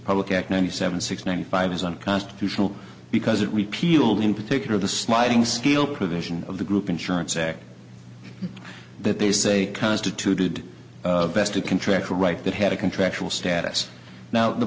public at ninety seven six ninety five is unconstitutional because it repealed in particular the sliding scale provision of the group insurance act that they say constituted best a contractual right that had a contractual status now the